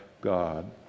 God